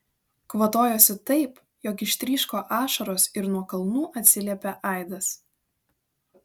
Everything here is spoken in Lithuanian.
kvatojosi taip jog ištryško ašaros ir nuo kalnų atsiliepė aidas